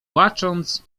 płacząc